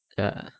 ya